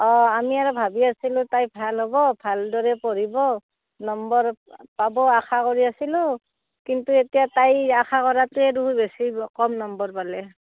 অঁ আমি আৰু ভাবি আছিলোঁ তাই ভাল হ'ব ভালদৰে পঢ়িব নম্বৰ পাব আশা কৰি আছিলোঁ কিন্তু এতিয়া তাই আশা কৰাতকৈ দেখো বেছি কম নম্বৰ পালে